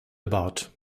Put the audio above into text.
about